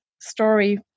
story